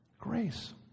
grace